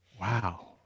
wow